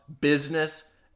business